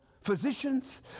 physicians